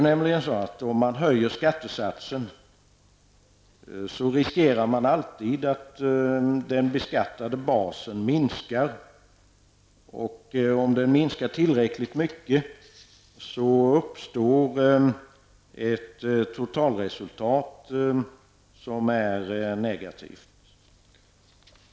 Om man höjer skattesatsen, riskerar man nämligen alltid att den beskattade basen minskar. Om den minskar tillräckligt mycket, uppstår ett totalresultat som är negativt.